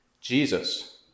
Jesus